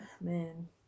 man